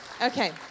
Okay